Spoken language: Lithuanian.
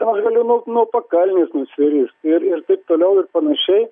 aš galiu nuo pakalnės nusiris ir ir taip toliau ir panašiai